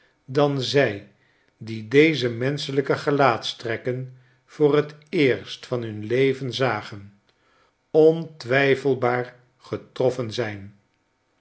dan zij die deze menschelijke gelaatstrekken voor t eerst van hun leven zagen ontwijfelbaar getroffen zijn